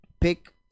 pick